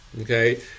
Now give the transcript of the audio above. Okay